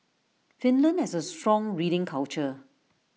Finland has A strong reading culture